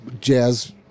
jazz